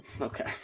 Okay